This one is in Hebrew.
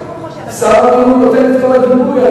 שר הבינוי נותן את כל הגיבוי.